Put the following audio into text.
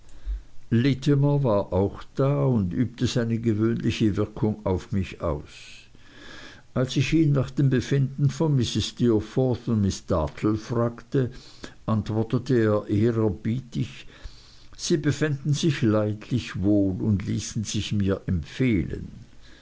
littimer war auch da und übte seine gewöhnliche wirkung auf mich aus als ich ihn nach dem befinden von mrs steerforth und miß dartle fragte antwortete er ehrerbietig sie befänden sich leidlich wohl und ließen sich mir empfehlen